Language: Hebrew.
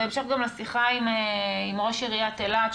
בהמשך גם לשיחה עם ראש עיריית אילת,